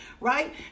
right